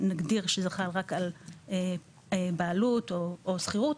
נגדיר שזה חל רק על בעלות או שכירות,